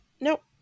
Nope